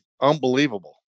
unbelievable